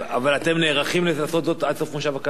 אבל אתם נערכים לעשות זאת עד סוף מושב הקיץ?